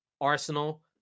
Arsenal